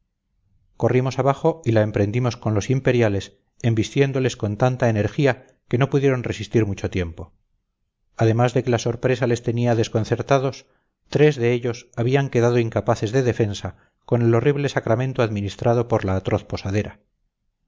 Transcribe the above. corrimos abajo y la emprendimos con los imperiales embistiéndoles con tanta energía que no pudieron resistir mucho tiempo además de que la sorpresa les tenía desconcertado tres de ellos habían quedado incapaces de defensa con el horrible sacramento administrado por la atroz posadera